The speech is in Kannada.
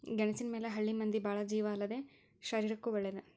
ಗೆಣಸಿನ ಮ್ಯಾಲ ಹಳ್ಳಿ ಮಂದಿ ಬಾಳ ಜೇವ ಅಲ್ಲದೇ ಶರೇರಕ್ಕೂ ವಳೇದ